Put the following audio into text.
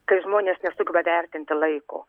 kai žmonės nesugeba vertinti laiko